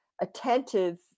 attentive